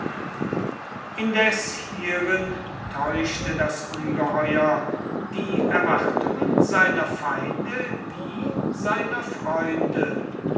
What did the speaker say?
indes hierin täuschte das ungeheuer die erwartungen seiner feinde wie seiner freunde